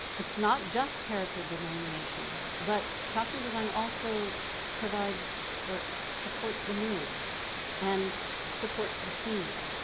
it's not just character delineation but costume design also provides or supports the mood and supports the theme.